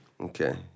Okay